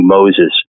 Moses